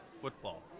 football